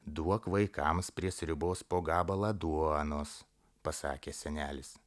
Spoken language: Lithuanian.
duok vaikams prie sriubos po gabalą duonos pasakė senelis